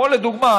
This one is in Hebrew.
לדוגמה,